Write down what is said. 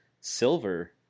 Silver